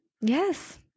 yes